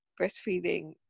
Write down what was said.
breastfeeding